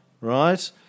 right